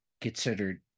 considered